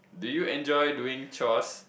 do you enjoy doing chores